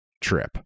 trip